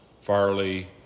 Farley